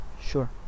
Sure